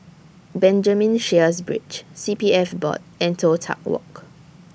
Benjamin Sheares Bridge C P F Board and Toh Tuck Walk